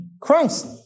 Christ